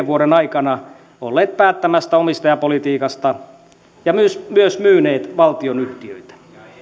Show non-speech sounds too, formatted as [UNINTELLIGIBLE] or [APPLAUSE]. [UNINTELLIGIBLE] vuoden aikana olleet päättämässä omistajapolitiikasta ja myös myös myyneet valtionyhtiöitä